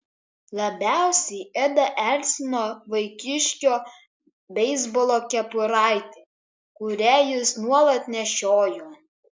labiausiai edą erzino vaikiščio beisbolo kepuraitė kurią jis nuolat nešiojo